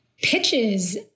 pitches